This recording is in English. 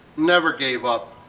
never gave up.